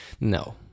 no